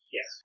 Yes